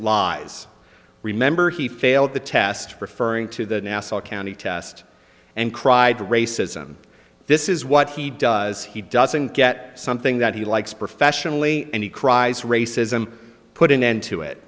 lies remember he failed the test referring to the nassau county test and cried racism this is what he does he doesn't get something that he likes professionally and he cries racism put an end to it